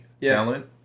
talent